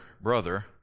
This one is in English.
brother